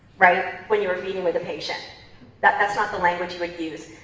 right? when you're meeting with a patient that's that's not the language you would use.